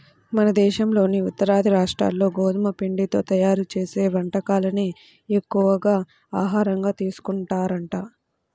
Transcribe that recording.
మన దేశంలోని ఉత్తరాది రాష్ట్రాల్లో గోధుమ పిండితో తయ్యారు చేసే వంటకాలనే ఎక్కువగా ఆహారంగా తీసుకుంటారంట